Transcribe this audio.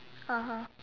(uh huh)